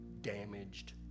damaged